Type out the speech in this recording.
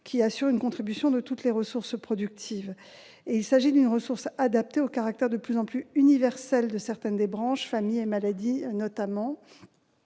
qui assure une contribution de toutes les ressources productives. Il s'agit également d'une ressource adaptée au caractère de plus en plus universel de certaines branches, notamment